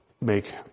make